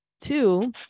Two